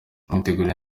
witegura